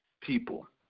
people